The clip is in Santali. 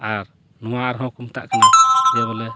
ᱟᱨ ᱱᱚᱣᱟ ᱨᱮᱦᱚᱸ ᱠᱚ ᱢᱮᱛᱟᱜ ᱠᱟᱱᱟ ᱡᱮᱵᱚᱞᱮ